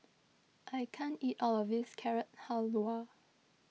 I can't eat all of this Carrot Halwa